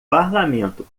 parlamento